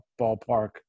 ballpark